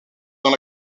dans